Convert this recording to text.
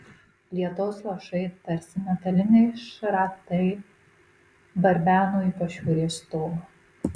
lietaus lašai tarsi metaliniai šratai barbeno į pašiūrės stogą